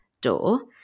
door